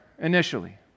initially